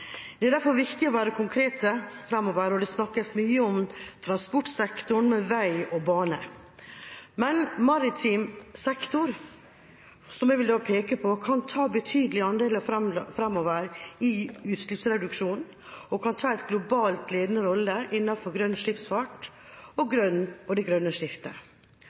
det grønne skiftet. Det er derfor viktig fremover å være konkret. Det snakkes mye om transportsektoren – om vei og bane. Men maritim sektor – som jeg vil peke på – kan fremover ta betydelige andeler av utslippsreduksjonen og kan ta en globalt ledende rolle innenfor grønn skipsfart og det grønne skiftet.